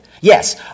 Yes